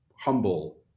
humble